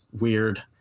weird